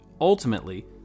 Ultimately